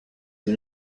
who